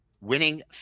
winning